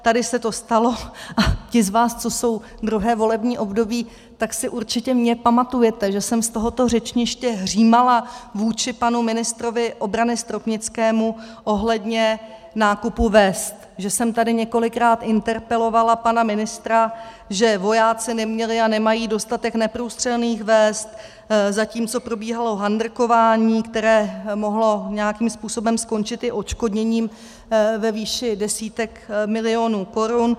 Tady se to stalo a ti z vás, co jsou druhé volební období, tak si mě určitě pamatujete, že jsem z tohoto řečniště hřímala vůči panu ministrovi obrany Stropnickému ohledně nákupu vest, že jsem tady několikrát interpelovala pana ministra, že vojáci neměli a nemají dostatek neprůstřelných vest, zatímco probíhalo handrkování, které mohlo nějakým způsobem skončit i odškodněním ve výši desítek milionů korun.